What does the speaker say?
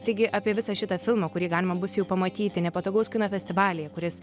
taigi apie visą šitą filmą kurį galima bus jau pamatyti nepatogaus kino festivalyje kuris